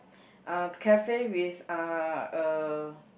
uh cafe with uh a